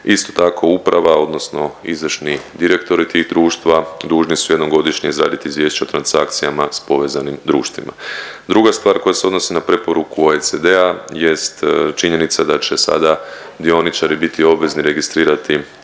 Isto tako uprava odnosno izvršni direktori tih društva dužni su jednom godišnje izraditi izvješća o transakcijama s povezanim društvima. Druga stvar koja se odnosi na preporuku OECD-a jest činjenica da će sada dioničari biti obvezni registrirati